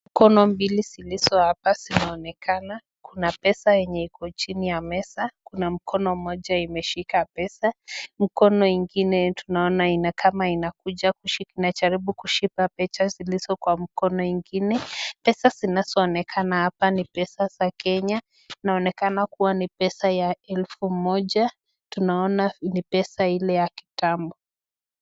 Mkono mbili zilizohapa zinaonekana kuna pesa yenye iko chini ya meza kuna mkono moja imeshika pesa ,mkono ingine tunaona ni kama inakuja inajaribu kushika pesa zilizo kwa mkono ingine pesa zinazoonekana hapa ni pesa za Kenya inaonekana kuwa ni pesa ya elfu moja, tunaona ni pesa ile ya kitambo.